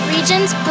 Regions